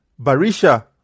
Barisha